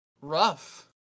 rough